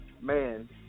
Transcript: Man